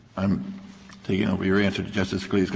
i'm taking over your answer to justice scalia's